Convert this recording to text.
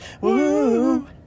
Woo